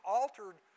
altered